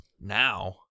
now